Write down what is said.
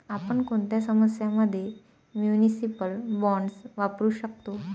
आपण कोणत्या समस्यां मध्ये म्युनिसिपल बॉण्ड्स वापरू शकतो?